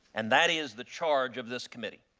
and that is the charge of this committee.